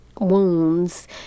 wounds